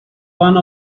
one